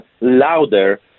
louder